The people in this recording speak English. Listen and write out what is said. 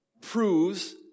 proves